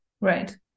Right